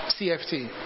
CFT